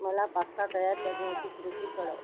मला पास्ता तयार करण्याची कृती कळव